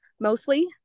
mostly